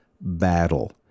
battle